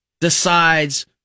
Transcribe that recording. decides